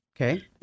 Okay